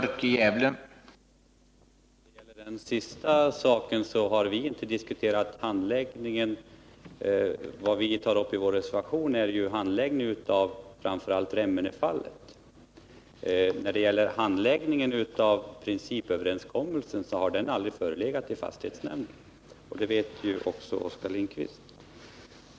Herr talman! När det gäller det sista som Oskar Lindkvist anförde vill jag säga att vi i Skövdefallet inte har diskuterat handläggningen. Vad vi tar upp i vår reservation är handläggningen av framför allt Remmenefallet. Handläggningen av principöverenskommelsen har inte diskuterats i fastighetsnämnden, och det vet också Oskar Lindkvist.